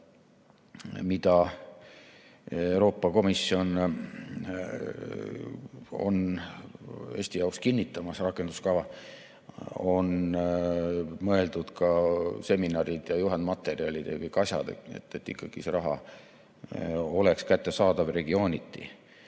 mida Euroopa Komisjon on Eesti jaoks kinnitamas, on mõeldud ka seminarid ja juhendmaterjalid jms asjad, et ikkagi see raha oleks kättesaadav regiooniti.